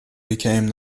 became